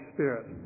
Spirit